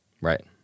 Right